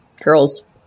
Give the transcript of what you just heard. girls